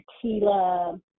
tequila